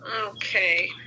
Okay